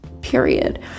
period